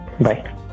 Bye